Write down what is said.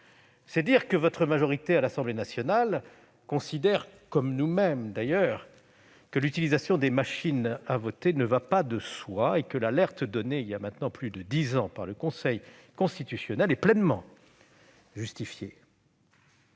C'est dire si votre majorité à l'Assemblée nationale considère, comme nous-mêmes, d'ailleurs, que l'utilisation de ces dispositifs ne va pas de soi et que l'alerte donnée, voilà maintenant plus de dix ans, par le Conseil constitutionnel est pleinement justifiée.